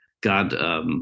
God –